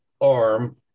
arm